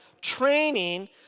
training